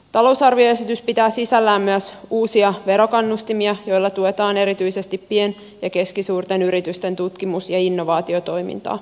talousarvioesitys pitää sisällään myös uusia verokannustimia joilla tuetaan erityisesti pienten ja keskisuurten yritysten tutkimus ja innovaatiotoimintaa